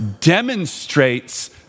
demonstrates